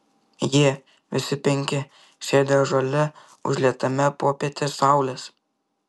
jie visi penki sėdi ąžuole užlietame popietės saulės